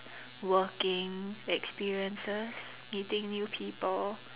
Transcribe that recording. working experiences meeting new people